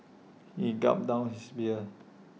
he gulped down his beer